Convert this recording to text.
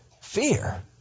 fear